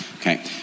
Okay